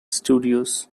studios